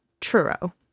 truro